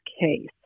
case